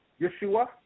Yeshua